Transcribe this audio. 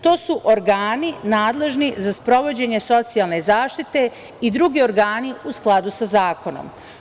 To su organi nadležni za sprovođenje socijalne zaštite i drugi organi u skladu sa zakonom.